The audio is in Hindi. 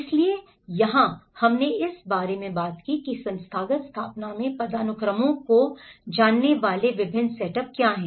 इसलिए यहां हमने इस बारे में बात की है कि संस्थागत स्थापना में पदानुक्रमों को जानने वाले विभिन्न सेटअप क्या हैं